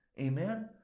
amen